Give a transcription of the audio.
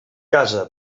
casa